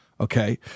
Okay